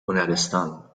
هنرستان